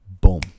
Boom